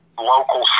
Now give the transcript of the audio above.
local